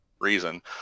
reason